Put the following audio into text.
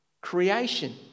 creation